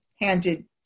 handed